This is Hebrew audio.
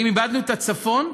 האם איבדנו את הצפון,